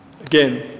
Again